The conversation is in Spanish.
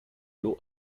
luz